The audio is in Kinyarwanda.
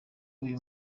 uyu